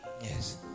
Yes